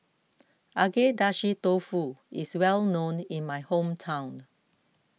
Agedashi Dofu is well known in my hometown